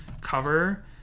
cover